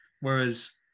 Whereas